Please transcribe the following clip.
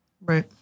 Right